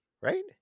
Right